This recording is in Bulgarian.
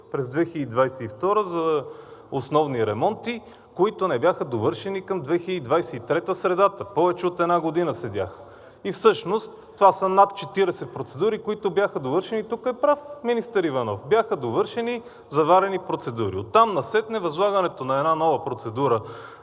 през 2022-а за основни ремонти, които не бяха довършени към 2023-а, средата. Повече от една година седяха. И всъщност това са над 40 процедури, които бяха довършени. Тук е прав министър Иванов, бяха довършени заварени процедури. Оттам насетне възлагането на една нова процедура